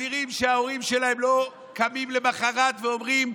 אסירים שההורים שלהם לא קמים למוחרת ואומרים: